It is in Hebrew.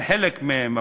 בחלק מהם,